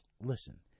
Listen